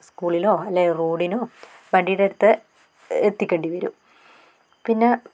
സ്കൂളിലോ അല്ലെങ്കിൽ റോഡിനോ വണ്ടീടടുത്ത് എത്തിക്കേണ്ടി വരും പിന്നെ